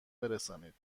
برسانید